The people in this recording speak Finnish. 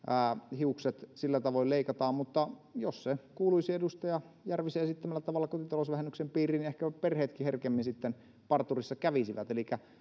hiukset sillä tavoin leikataan mutta jos se kuuluisi edustaja järvisen esittämällä tavalla kotitalousvähennyksen piiriin ehkä perheetkin herkemmin sitten parturissa kävisivät elikkä